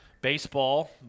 baseball